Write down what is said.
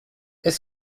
est